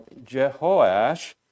Jehoash